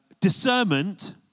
Discernment